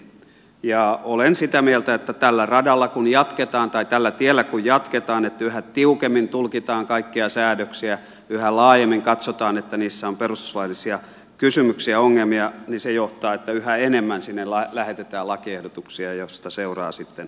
ja olen sitä mieltä että tällä tiellä kun jatketaan yhä tiukemmin tulkitaan kaikkia säädöksiä yhä laajemmin katsotaan että niissä on perustuslaillisia kysymyksiä ongelmia niin se johtaa siihen että yhä enemmän sinne lähetetään lakiehdotuksia mistä seuraa sitten omat ongelmansa